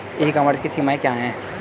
ई commerce की सीमाएं क्या हैं?